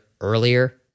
Earlier